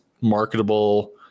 marketable